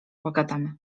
pogadamy